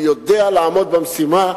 הוא יודע לעמוד במשימה.